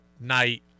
night